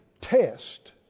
test